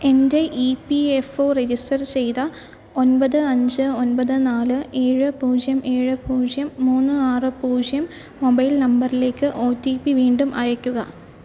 എന്റെ E P F O register ചെയ്ത ഒന്പത് അഞ്ച് ഒന്പത് നാല് ഏഴ് പൂജ്യം ഏഴ് പൂജ്യം മൂന്ന് ആറ് പൂജ്യം മൊബൈൽ നമ്പറിലേക്ക് ഒ ടി പി വീണ്ടും അയക്കുക